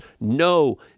No